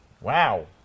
wow